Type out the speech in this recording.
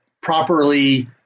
properly